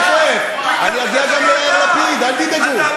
חבר'ה, אני אגיע גם ליאיר לפיד, אל תדאגו.